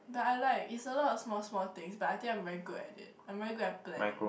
but I like it's a lot of small small things but I think I'm very good at it I'm very good at planning